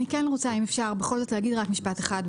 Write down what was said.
אני רוצה להגיד משפט אחד.